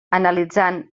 analitzant